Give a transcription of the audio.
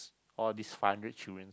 all these five hundred children